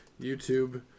YouTube